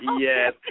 Yes